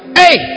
hey